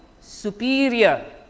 superior